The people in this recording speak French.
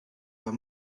pas